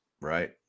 Right